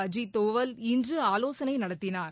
அஜீத் தோவல் இன்று ஆலோசனை நடத்தினார்